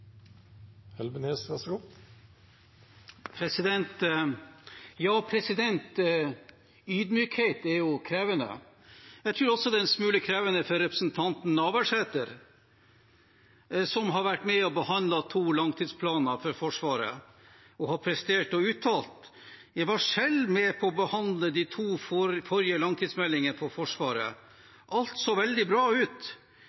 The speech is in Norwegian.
smule krevende for representanten Navarsete, som har vært med og behandlet to langtidsplaner for Forsvaret, og har prestert å uttale: «Jeg var selv med på å behandle de to forrige langtidsmeldingene for